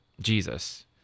Jesus